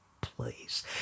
Please